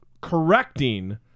correcting